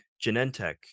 Genentech